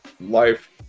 life